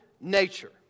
nature